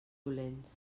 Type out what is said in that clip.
dolents